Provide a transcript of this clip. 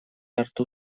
hartu